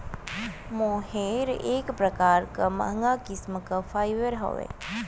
मोहेर एक प्रकार क महंगा किस्म क फाइबर हौ